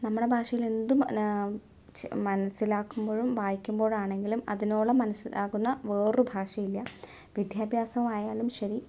നമ്മുടെ ഭാഷയിൽ എന്തും പിന്നെ മനസ്സിലാക്കുമ്പോഴും വായിക്കുമ്പോഴാണെങ്കിലും അതിനോളം മനസ്സിലാക്കുന്ന വേറൊരു ഭാഷയില്ല വിദ്യാഭ്യാസം ആയാലും ശരി